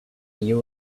you